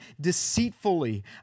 deceitfully